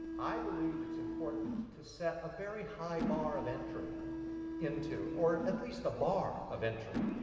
i believe it's important to set a very high bar of entry into, or at least a bar of entry,